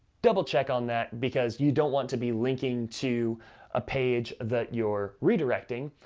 double-check on that because you don't want to be linking to a page that you're redirecting,